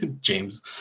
James